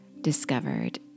discovered